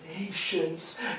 nations